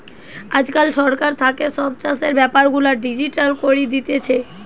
আজকাল সরকার থাকে সব চাষের বেপার গুলা ডিজিটাল করি দিতেছে